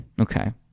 Okay